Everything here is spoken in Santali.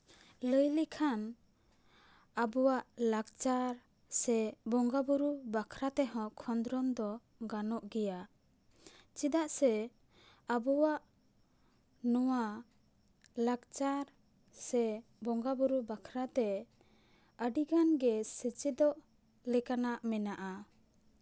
ᱞᱟᱹᱭ ᱞᱮᱠᱷᱟᱱ ᱟᱵᱚᱣᱟᱜ ᱞᱟᱠᱪᱟᱨ ᱥᱮ ᱵᱚᱸᱜᱟᱼᱵᱩᱨᱩ ᱵᱟᱠᱷᱨᱟ ᱛᱮᱦᱚᱸ ᱠᱷᱚᱸᱫᱽᱨᱚᱱ ᱫᱚ ᱜᱟᱱᱚᱜ ᱜᱮᱭᱟ ᱪᱮᱫᱟᱜ ᱥᱮ ᱟᱵᱚᱣᱟᱜ ᱱᱚᱣᱟ ᱞᱟᱠᱪᱟᱨ ᱥᱮ ᱵᱚᱸᱜᱟᱼᱵᱩᱨᱩ ᱵᱟᱠᱷᱨᱟ ᱛᱮ ᱟᱹᱰᱤ ᱜᱟᱱ ᱜᱮ ᱥᱮᱪᱮᱫᱚᱜ ᱞᱮᱠᱟᱱᱟᱜ ᱢᱮᱱᱟᱜᱼᱟ